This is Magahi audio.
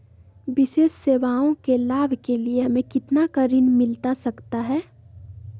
विशेष सेवाओं के लाभ के लिए हमें कितना का ऋण मिलता सकता है?